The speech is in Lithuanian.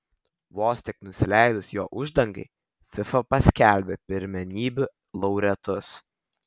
vos tik nusileidus jo uždangai fifa paskelbė pirmenybių laureatus